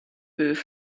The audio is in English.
both